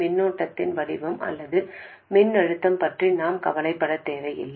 மின்னோட்டத்தின் வடிவம் அல்லது மின்னழுத்தம் பற்றி நாம் கவலைப்பட வேண்டியதில்லை